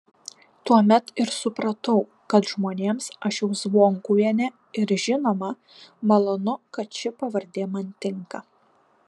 tuomet ir supratau kad žmonėms aš jau zvonkuvienė ir žinoma malonu kad ši pavardė man tinka